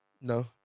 No